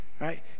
right